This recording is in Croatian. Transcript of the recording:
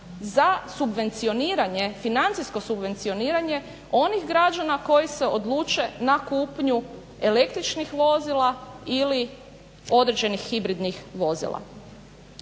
za subvencioniranje, financijsko subvencioniranje onih građana koji se odluče na kupnju električnih vozila ili određenih hibridnih vozila.